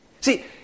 See